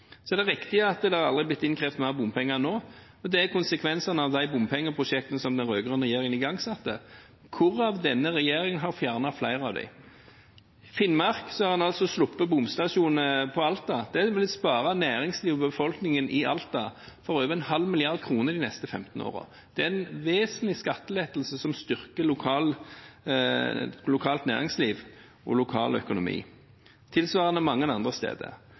Så er det riktig at det aldri er blitt innkrevet mer bompenger enn nå. Det er konsekvensen av de bompengeprosjektene som den rød-grønne regjeringen igangsatte, hvorav denne regjeringen har fjernet flere. I Finnmark har en altså sluppet bomstasjon i Alta. Det vil spare næringslivet og befolkningen i Alta for over 0,5 mrd. kr de neste 15 årene. Det er en vesentlig skattelettelse som styrker lokalt næringsliv og lokal økonomi, tilsvarende mange andre steder.